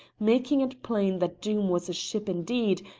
making it plain that doom was a ship indeed,